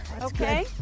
Okay